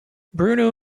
bruno